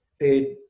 paid